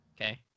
Okay